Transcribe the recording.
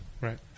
Right